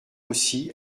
aussi